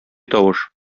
тавыш